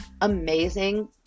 amazing